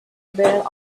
bare